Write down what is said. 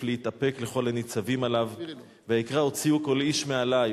להתאפק לכל הנצבים עליו ויקרא הוציאו כל איש מעלי".